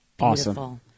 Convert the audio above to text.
Awesome